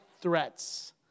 threats